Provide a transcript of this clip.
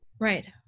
right